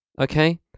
...okay